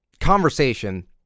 conversation